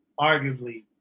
arguably